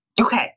Okay